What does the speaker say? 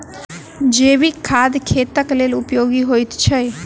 जैविक खाद खेतक लेल उपयोगी होइत छै